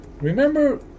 remember